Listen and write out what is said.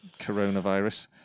coronavirus